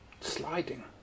sliding